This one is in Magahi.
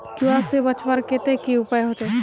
चूहा से बचवार केते की उपाय होचे?